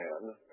man